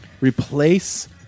Replace